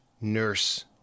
nurse